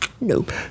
Nope